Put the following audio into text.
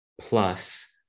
plus